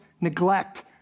neglect